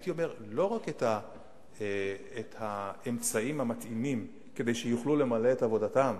יוענקו לא רק האמצעים המתאימים כדי שהם יוכלו למלא את עבודתם,